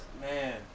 man